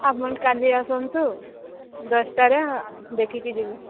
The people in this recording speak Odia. ଆପଣ କାଲି ଆସନ୍ତୁ ଦଶଟାରେ ଦେଖିକି ଯିବେ